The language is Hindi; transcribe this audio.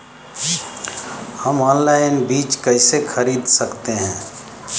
हम ऑनलाइन बीज कैसे खरीद सकते हैं?